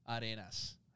arenas